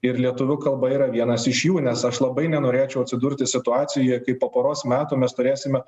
ir lietuvių kalba yra vienas iš jų nes aš labai nenorėčiau atsidurti situacijoje kai po poros metų mes turėsime